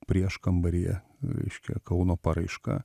prieškambaryje reiškia kauno paraiška